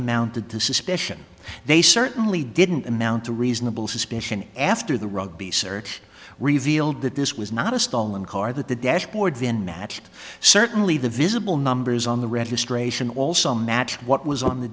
amounted to suspicion they certainly didn't amount to reasonable suspicion after the rugby search revealed that this was not a stolen car that the dashboard then matched certainly the visible numbers on the registration also matched what was on the